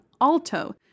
alto